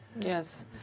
Yes